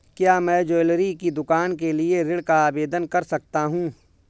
क्या मैं ज्वैलरी की दुकान के लिए ऋण का आवेदन कर सकता हूँ?